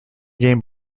game